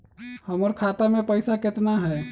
हमर खाता मे पैसा केतना है?